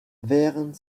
während